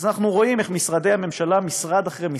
אז אנחנו רואים איך משרדי הממשלה, משרד אחרי משרד,